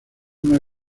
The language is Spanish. una